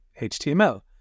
HTML